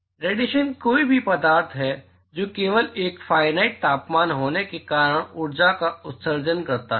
तो रेडिएशन कोई भी पदार्थ है जो केवल एक फाइनाइट तापमान होने के कारण ऊर्जा का उत्सर्जन करता है